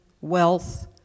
wealth